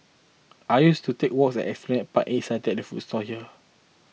I used to take walks at Esplanade Park and eat satay at food stall here